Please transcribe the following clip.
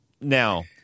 Now